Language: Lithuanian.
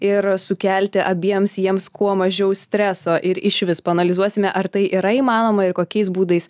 ir sukelti abiems jiems kuo mažiau streso ir išvis paanalizuosime ar tai yra įmanoma ir kokiais būdais